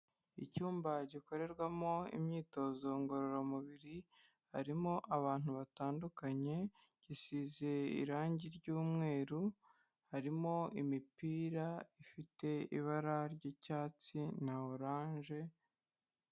Icyumba gikorerwamo imyitozo ngororamubiri harimo abantu batandukanye, gisize irangi ry'umweru harimo imipira ifite ibara ry'icyatsi na oranje.